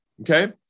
Okay